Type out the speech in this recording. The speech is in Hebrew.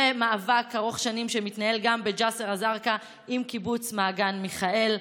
ומאבק ארוך שנים שמתנהל בג'יסר א-זרקא עם קיבוץ מעגן מיכאל.